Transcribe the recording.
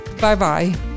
Bye-bye